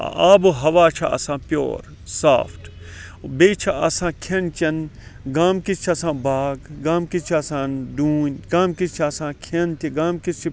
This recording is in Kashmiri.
آب و ہوا چھُ آسان پیٚور صافٹ بیٚیہِ چھ آسان کھیٚن چیٚن گامکِس چھُ آسان باغ گامکِس چھِ آسان ڈونۍ گامکِس چھُ آسان کھیٚن تہِ گامکِس چھُ